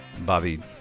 Bobby